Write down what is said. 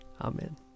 Amen